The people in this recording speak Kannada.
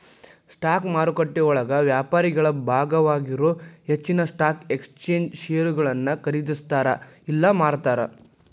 ಸ್ಟಾಕ್ ಮಾರುಕಟ್ಟೆಯೊಳಗ ವ್ಯಾಪಾರಿಗಳ ಭಾಗವಾಗಿರೊ ಹೆಚ್ಚಿನ್ ಸ್ಟಾಕ್ ಎಕ್ಸ್ಚೇಂಜ್ ಷೇರುಗಳನ್ನ ಖರೇದಿಸ್ತಾರ ಇಲ್ಲಾ ಮಾರ್ತಾರ